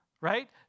Right